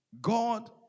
God